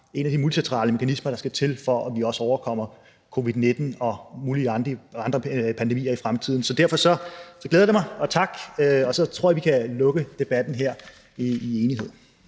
en af de helt centrale organisationer, der skal til, for at vi også overkommer covid-19 og mulige andre pandemier i fremtiden. Derfor glæder det mig, og jeg vil sige tak. Og så tror jeg, at vi kan lukke debatten her i enighed.